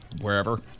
wherever